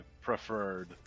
preferred